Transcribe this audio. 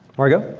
margot.